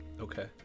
okay